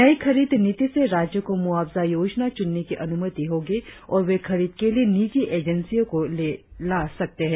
नई खरीद नीति से राज्यों को मुआवजा योजना चुनने की अनुमति होगी और वे खरीद के लिए निजी एजेंसियों को ला सकते हैं